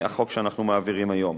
החוק שאנחנו מעבירים היום.